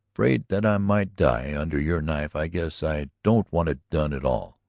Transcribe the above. afraid that i might die under your knife, i guess i don't want it done at all.